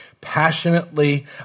passionately